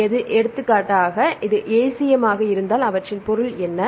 எனவே எடுத்துக்காட்டாக அது ACM ஆக இருந்தால் அவற்றின் பொருள் என்ன